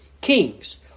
kings